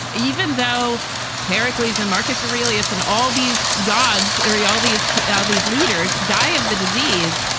even though parallelize and marcus aurelius and all these gods area, all these ah these leaders die of the disease,